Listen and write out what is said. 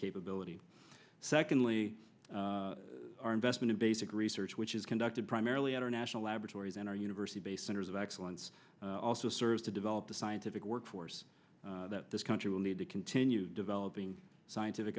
capability secondly our investment in basic research which is conducted primarily at our national laboratories and our university based centers of excellence also serves to develop the scientific workforce that this country will need to continue developing scientific